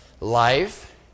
Life